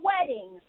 wedding